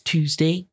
Tuesday